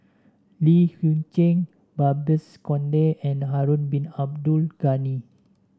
Li Hui Cheng Babes Conde and Harun Bin Abdul Ghani